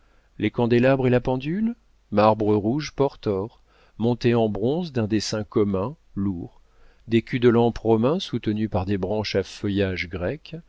les candélabres et la pendule marbre rouge portor montés en bronze d'un dessin commun lourd des culs de lampe romains soutenus par des branches à feuillages grecs